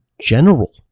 general